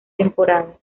temporada